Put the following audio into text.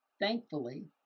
Thankfully